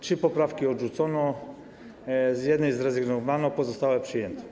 Trzy poprawki odrzucono, z jednej zrezygnowano, pozostałe przyjęto.